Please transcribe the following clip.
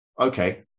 okay